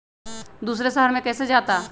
दूसरे शहर मे कैसे जाता?